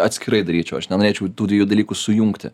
atskirai daryčiau aš nenorėčiau tų dviejų dalykų sujungti